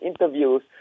interviews